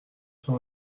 sur